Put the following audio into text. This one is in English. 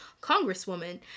congresswoman